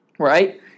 right